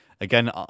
Again